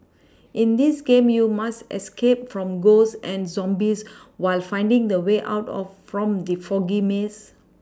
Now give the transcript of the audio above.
in this game you must escape from ghosts and zombies while finding the way out of from the foggy maze